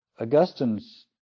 Augustine's